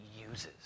uses